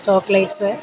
chocolates